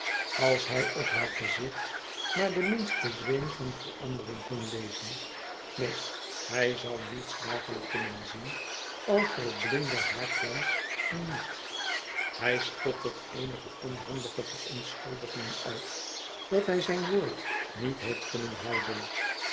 als hij op haar gezicht maar den minsten zweem van verandering kon lezen neen hij zou niets daarvan kunnen zien al verblindde haar glans hem niet hij stottert eenige onhandige verontschuldigingen uit dat hij zijn woord niet heeft kunnen houden